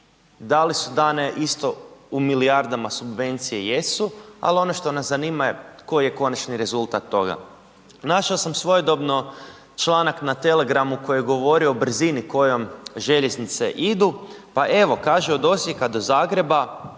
da li su dane isto u milijardama subvencije, jesu, ali ono što nas zanima koji je konačni rezultat toga. Našao sam svojedobno članak na Telegramu koji je govorio o brzini kojom željeznice idu pa evo kaže od Osijeka do Zagreba